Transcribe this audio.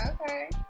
okay